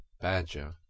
Badger